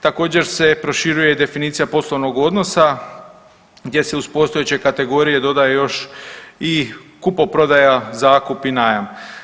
Također se proširuje i definicija poslovnog odnosa gdje se uz postojeće kategorije dodaje još i kupoprodaja, zakup i najam.